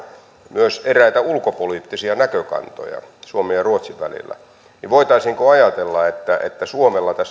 myös eräitä ulkopoliittisia näkökantoja suomen ja ruotsin välillä niin voitaisiinko ajatella että että suomella tässä yhteistyörakenteessa